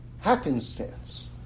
happenstance